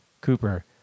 Cooper